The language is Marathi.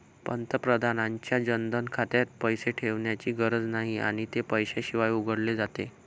पंतप्रधानांच्या जनधन खात्यात पैसे ठेवण्याची गरज नाही आणि ते पैशाशिवाय उघडले जाते